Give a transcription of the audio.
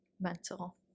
mental